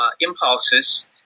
impulses